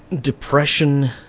Depression